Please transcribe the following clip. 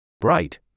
bright